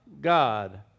God